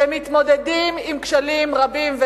שמתמודדים עם כשלים רבים.